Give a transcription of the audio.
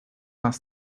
más